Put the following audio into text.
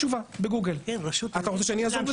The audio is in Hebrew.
אתה רוצה שאני אעזור בזה?